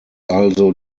also